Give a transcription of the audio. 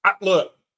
look